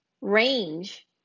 range